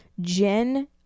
jen